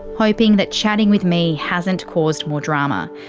hoping that chatting with me hasn't caused more drama.